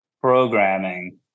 programming